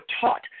taught